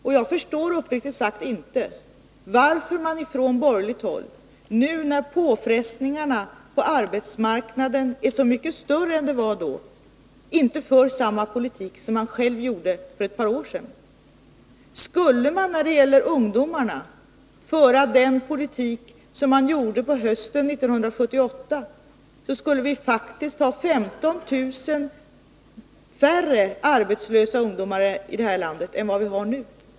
Och jag förstår uppriktigt sagt inte varför man från borgerligt håll, nu när påfrestningen på arbetsmarknaden är så mycket större än då, inte för samma politik som man gjorde för ett par år sedan. Skulle man när det gäller ungdomarna föra samma politik som på hösten 1978, skulle vi faktiskt ha 15 000 färre arbetslösa ungdomari det här landet än vi har nu.